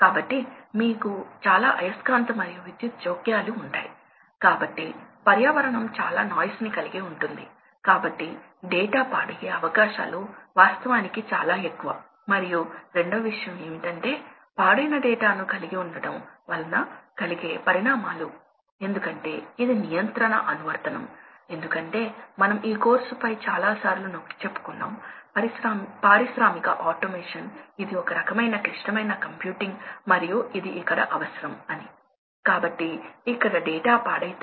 కాబట్టి ఫర్నస్ ఒక చులా లాంటిది కాబట్టి మీరు కంబషన్ కోసం నీటిని పంపాలి గాలిని పంపాలి కాబట్టి ఈ ఫ్యాన్స్ వాస్తవానికి ఆ గాలిని మరియు ఇండుస్డ్ డ్రాఫ్ట్ ఫ్యాన్ కంబషన్ తరువాత గాలిని తీసేయాలి చాలా కార్బన్ డయాక్సైడ్ నిండి ఉంటుంది ఇది ఫర్నస్ ఇది లోడ్ కాబట్టి మీరు ఫ్యాన్ ని ఫర్నస్ కి కనెక్ట్ చేస్తే ఫ్యాన్ యొక్క ఒక నిర్దిష్ట వేగంతో కొన్ని ఆపరేటింగ్ పాయింట్ లేదా ఒక నిర్దిష్ట ప్రెషర్ ప్రవాహం స్థాపించబడుతుంది కాబట్టి ప్రాథమికంగా మనం దాన్ని ఎలా పొందగలం